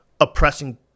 oppressing